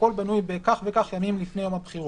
הכול בנוי בכך וכך ימים לפני יום הבחירות,